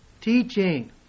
teaching